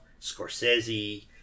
Scorsese